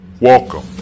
Welcome